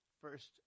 First